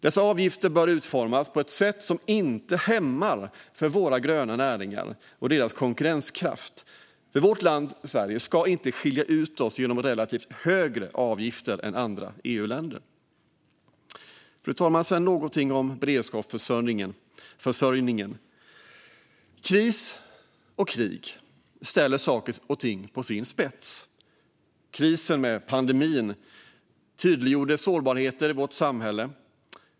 Dessa avgifter bör utformas på ett sätt som inte hämmar våra gröna näringar och deras konkurrenskraft. Vårt land Sverige ska inte skilja ut sig genom att ha relativt högre avgifter än vad andra EU-länder har. Fru talman! Jag ska säga någonting om beredskapsförsörjningen. Kris och krig ställer saker och ting på sin spets. Krisen med pandemin tydliggjorde sårbarheter i vårt samhälle.